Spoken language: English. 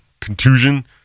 contusion